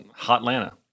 Hotlanta